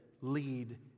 lead